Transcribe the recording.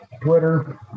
Twitter